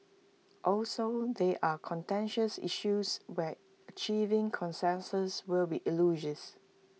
also they are contentious issues where achieving consensus will be elusive